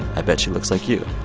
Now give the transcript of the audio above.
i bet she looks like you